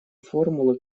формулы